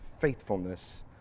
faithfulness